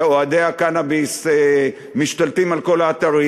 כשאוהדי הקנאביס משתלטים על כל האתרים.